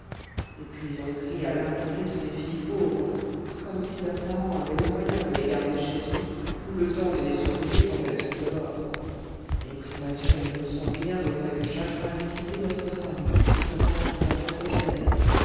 et puis on crie à l'inconduite des filles pauvres comme si leurs parents avaient le moyen de les garder chez eux ou le temps de les surveiller quand elles sont dehors les privations ne nous sont rien auprès du chagrin de quitter notre femme notre enfant notre père